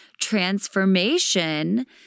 transformation